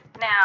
Now